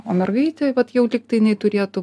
o mergaitė jau lyg yai jinai turėtų